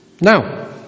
Now